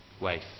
wife